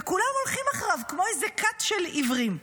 וכולם הולכים אחריו כמו איזה כת של עיוורים.